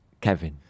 Kevin